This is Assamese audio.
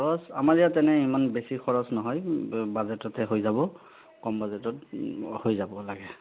খৰছ আমাৰ ইয়াত তেনে ইমান বেছি খৰছ নহয় বাজেটতে হৈ যাব কম বাজেটত হৈ যাব লাগে